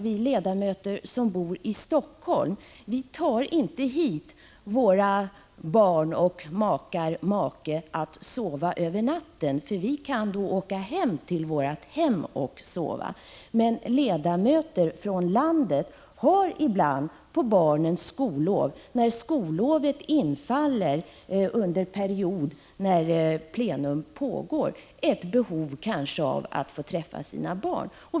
Vi ledamöter som bor i Helsingfors tar inte hit våra barn och makar att sova över natten, eftersom vi kan åka hem till vårt hem och sova. Men ledamöter från landet har ibland, när skollovet infaller under period när plenum pågår, kanske ett behov av att få träffa sina barn.